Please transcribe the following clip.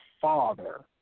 Father